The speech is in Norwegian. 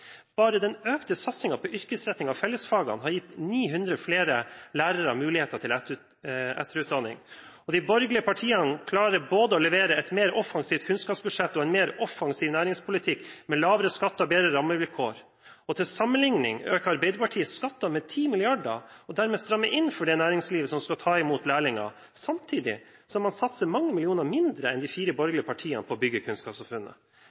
Bare den økte satsingen på yrkesretting av fellesfagene har gitt 900 flere lærere muligheter til etterutdanning, og de borgerlige partiene klarer å levere både et mer offensivt kunnskapsbudsjett og en mer offensiv næringspolitikk, med lavere skatter og bedre rammevilkår. Til sammenligning øker Arbeiderpartiet skattene med 10 mrd. kr og strammer dermed inn for det næringslivet som skal ta imot lærlinger, samtidig som man satser mange millioner mindre enn de fire borgerlige partiene på å bygge kunnskapssamfunnet.